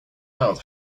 out